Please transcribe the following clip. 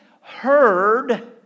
heard